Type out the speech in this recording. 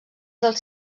dels